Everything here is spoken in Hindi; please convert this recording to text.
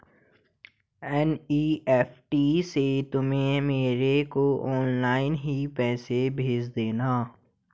एन.ई.एफ.टी से तुम मेरे को ऑनलाइन ही पैसे भेज देना